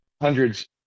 hundreds